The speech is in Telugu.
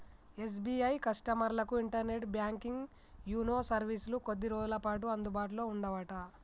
ఎస్.బి.ఐ కస్టమర్లకు ఇంటర్నెట్ బ్యాంకింగ్ యూనో సర్వీసులు కొద్ది రోజులపాటు అందుబాటులో ఉండవట